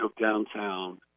downtown